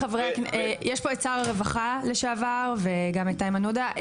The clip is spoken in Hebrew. יש פה את שר הרווחה לשעבר וגם את איימן עודה.